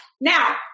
now